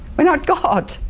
we're not god!